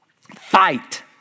Fight